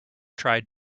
tried